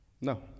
No